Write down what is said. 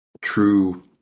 true